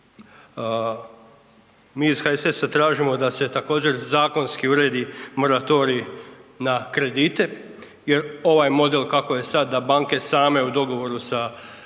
Mi iz HSS-a tražimo da se također zakonski uredi moratorij na kredite jer ovaj model kako je sad da banke same u dogovoru sa